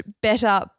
better